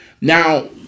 Now